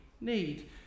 need